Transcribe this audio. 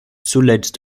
zuletzt